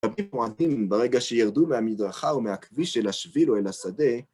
הרבה פועלים, ברגע שירדו מהמדרכה ומהכביש אל השביל או אל השדה,